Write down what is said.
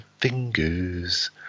fingers